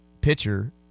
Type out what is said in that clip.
pitcher